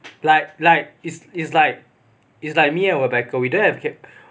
like like it's it's like it's like me and rebecca we don't have che~